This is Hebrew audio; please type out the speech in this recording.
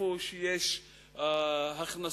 איפה שיש הכנסות,